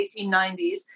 1890s